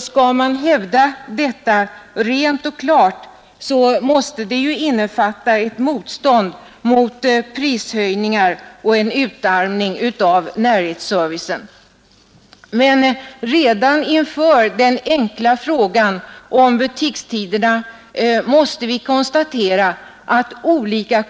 Skall man hävda detta rent och klart, måste det innefatta ett motstånd mot prishöjningar och mot en utarmning av närhetsservicen. Men redan inför den enkla frågan om butikstiderna måste vi konstatera att olika